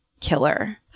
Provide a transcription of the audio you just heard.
killer